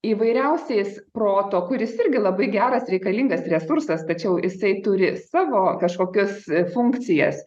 įvairiausiais proto kuris irgi labai geras reikalingas resursas tačiau jisai turi savo kažkokias funkcijas